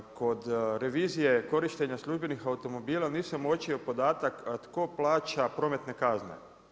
Kod revizije korištenja službenih automobila, nisam uočio podatak, a tko plaća prometne kazne?